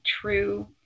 true